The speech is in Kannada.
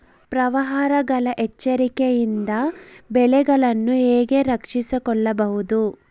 ಪ್ರವಾಹಗಳ ಎಚ್ಚರಿಕೆಯಿಂದ ಬೆಳೆಗಳನ್ನು ಹೇಗೆ ರಕ್ಷಿಸಿಕೊಳ್ಳಬಹುದು?